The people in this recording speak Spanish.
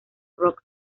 rock